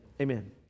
Amen